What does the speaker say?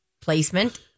placement